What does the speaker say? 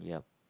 yup